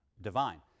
divine